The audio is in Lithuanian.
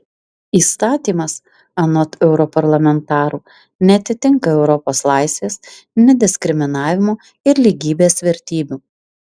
įstatymas anot europarlamentarų neatitinka europos laisvės nediskriminavimo ir lygybės vertybių